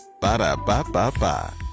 Ba-da-ba-ba-ba